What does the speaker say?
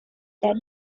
that